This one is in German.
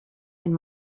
den